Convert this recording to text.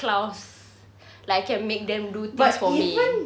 claus like can make them do much for me